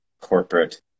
corporate